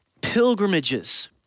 pilgrimages